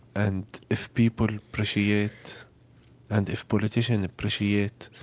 and if people appreciate and if politicians appreciate